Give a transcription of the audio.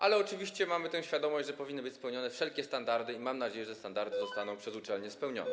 Ale oczywiście mamy tę świadomość, że powinny być spełnione wszelkie standardy, i mam nadzieję, że standardy zostaną przez uczelnię spełnione.